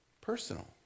Personal